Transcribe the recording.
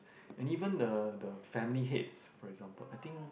and even the the family heads for example I think